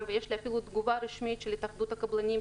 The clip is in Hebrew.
ויש לי אפילו תגובה רשמית של התאחדות הקבלנים,